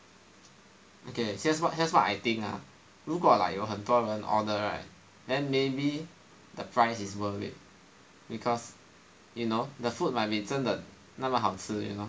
okay here's what here's what I think ah 如果有很多人 order right then maybe the price is worth it because you know the food might be 真的那么好吃 you know